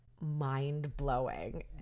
mind-blowing